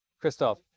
Christoph